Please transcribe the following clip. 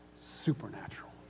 supernatural